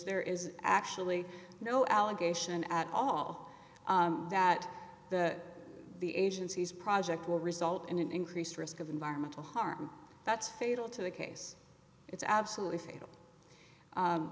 there is actually no allegation at all that the agency's project will result in an increased risk of environmental harm that's fatal to the case it's absolutely